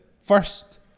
first